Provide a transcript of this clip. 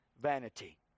vanity